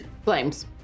Flames